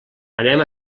anem